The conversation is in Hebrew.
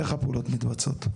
איך הפעולות מתבצעות?